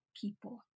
people